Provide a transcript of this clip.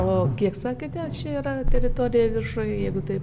o kiek sakėte čia yra teritorija viršuj jeigu taip